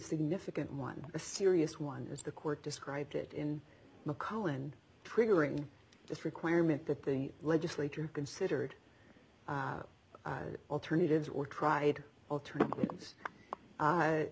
significant one a serious one as the court described it in mcallen triggering this requirement that the legislature considered alternatives or tried alternative